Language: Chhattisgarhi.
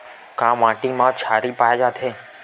का माटी मा क्षारीय पाए जाथे?